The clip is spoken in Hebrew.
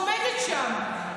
עומדת שם,